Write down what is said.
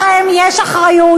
לכם יש אחריות,